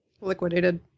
Liquidated